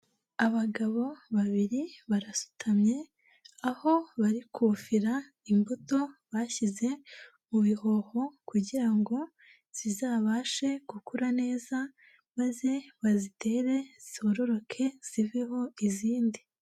Abagabo babiri barasutamye aho bari kufira imbuto bashyize mu bihoho kugira ngo zizabashe gukura neza maze bazitere zororoke ziveho izindi.